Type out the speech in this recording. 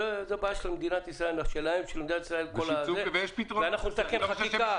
זו בעיה של מדינת ישראל ואנחנו נתקן בחקיקה.